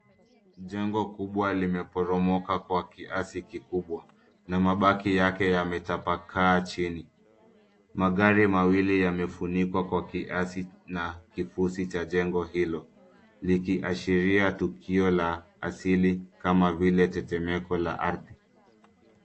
Jengo kubwa limeporomoka kwa kiasi kikubwa na mabaki yake yametapakaa chini. Magari mawili yamefunikwa kwa kiasi na kifusi cha jengo hilo likiashiria tukio la asili kama vile tetemeko la ardhi.